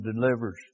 delivers